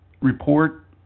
report